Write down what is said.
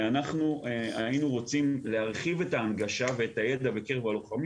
ואנחנו היינו רוצים להרחיב את ההנגשה ואת הידע בקרב הלוחמים